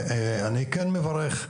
אני כן מברך,